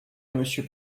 monsieur